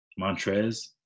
Montrez